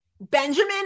Benjamin